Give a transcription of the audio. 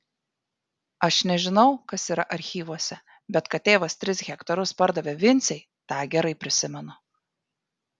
aš nežinau kas yra archyvuose bet kad tėvas tris hektarus pardavė vincei tą gerai prisimenu